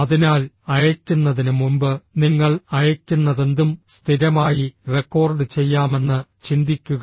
അതിനാൽ അയയ്ക്കുന്നതിന് മുമ്പ് നിങ്ങൾ അയയ്ക്കുന്നതെന്തും സ്ഥിരമായി റെക്കോർഡ് ചെയ്യാമെന്ന് ചിന്തിക്കുക